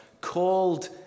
called